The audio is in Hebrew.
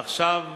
עכשיו,